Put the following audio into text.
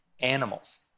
animals